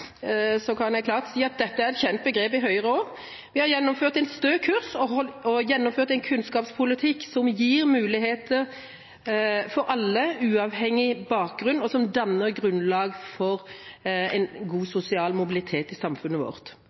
klart si at dette er et kjent begrep i Høyre også. Vi har gjennomført en stø kurs og gjennomført en kunnskapspolitikk som gir muligheter for alle, uavhengig av bakgrunn, og som danner grunnlaget for en god, sosial mobilitet i samfunnet vårt.